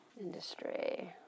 Industry